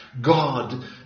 God